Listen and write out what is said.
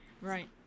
Right